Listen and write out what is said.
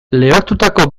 lehortutako